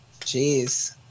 Jeez